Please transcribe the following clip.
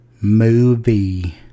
Movie